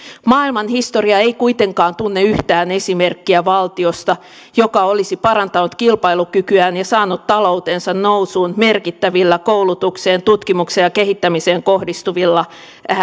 maailmanhistoria ei kuitenkaan tunne yhtään esimerkkiä valtiosta joka olisi parantanut kilpailukykyään ja saanut taloutensa nousuun merkittävillä koulutukseen tutkimukseen ja kehittämiseen kohdistuvilla